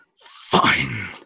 fine